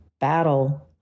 battle